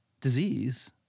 disease